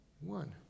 one